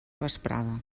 vesprada